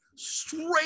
Straight